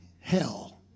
hell